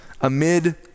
amid